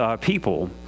people